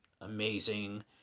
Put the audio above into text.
amazing